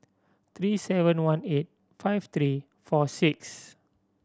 three seven one eight five three four six